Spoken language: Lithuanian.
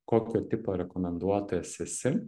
kokio tipo rekomenduotojas esi